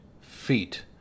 feet